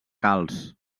calç